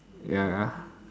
ya lah